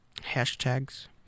Hashtags